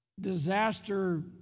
disaster